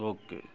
okay